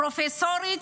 הפרופסורית,